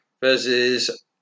versus